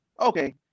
Okay